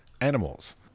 animals